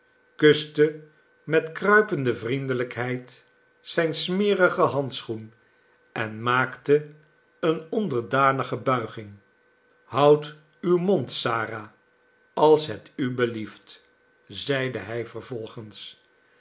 kuste met kruipende vriendelijkheid zijn smerigen handschoen en maakte eene onderdanige bulging houd uw mond sara als het u belieft zeide hij vervolgens